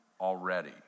already